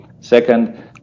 Second